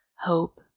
hope